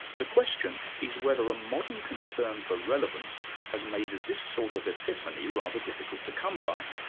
the question is whether a modern concern for relevance has made this sort of epiphany rather difficult to come by,